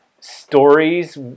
stories